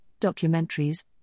documentaries